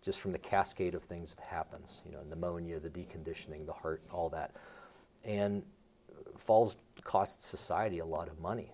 just from the cascade of things that happens you know in the monia the deconditioning the heart all that and falls cost society a lot of money